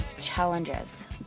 challenges